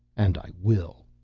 and i will.